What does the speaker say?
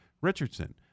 Richardson